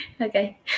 okay